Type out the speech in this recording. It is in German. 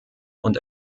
und